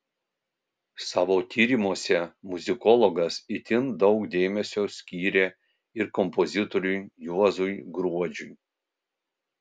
savo tyrimuose muzikologas itin daug dėmesio skyrė ir kompozitoriui juozui gruodžiui